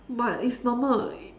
but it's normal